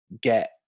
get